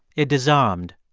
it disarmed.